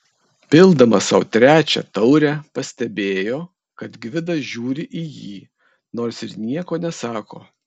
pildamas sau trečią taurę pastebėjo kad gvidas žiūri į jį nors ir nieko nesako